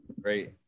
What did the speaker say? great